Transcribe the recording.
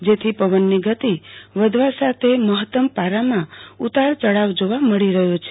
જેથી પવનની ગતિ વધવા સાથે મહતમ પારામાં ઉતાર ચડાવ જોવા મળી રહયો છે